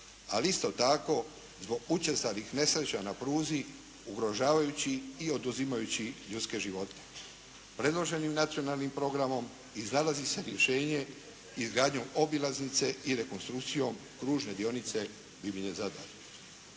Ali isto tako zbog učestalih nesreća na pruzi ugrožavajući i oduzimajući ljudske živote. Predloženim nacionalnim programom iznalazi se rješenje izgradnjom obilaznice i rekonstrukcije kružne dionice Bibinje-Zadar.